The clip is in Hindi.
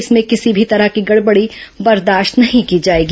इसमें किसी तरह की गड़बड़ी बर्दाश्त नहीं की जाएगी